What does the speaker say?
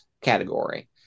category